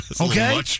Okay